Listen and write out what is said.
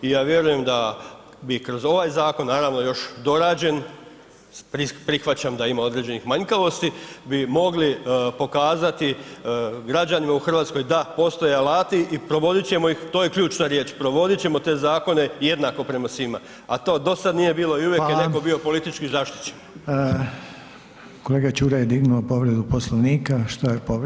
I ja vjerujem da bi kroz ovaj zakon, naravno još dorađen, prihvaćam da ima određenih manjkavosti, bi mogli pokazati građanima u Hrvatskoj, da postoje alati i provodit ćemo ih, to je ključna riječ, provodit ćemo te zakone jednako prema svima, a to do sada nije bilo i uvijek je netko [[Upadica: Hvala.]] bio politički zaštićen.